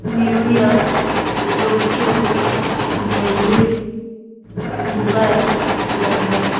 New York Tokyo Delhi Dubai London